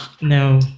No